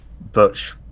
butch